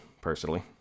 personally